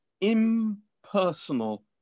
impersonal